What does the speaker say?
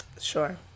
sure